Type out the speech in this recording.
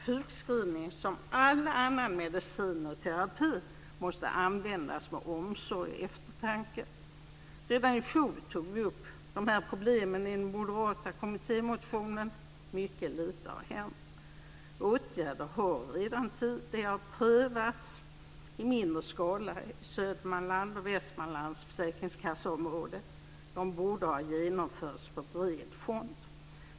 Sjukskrivningen, som all annan medicin och terapi, måste användas med omsorg och eftertanke. Redan i fjol tog vi upp de här problemen i den moderata kommittémotionen. Mycket lite har hänt. Åtgärder har redan tidigare prövats i mindre skala i Södermanlands och Västmanlands försäkringskasseområden. De borde ha genomförts på bred front.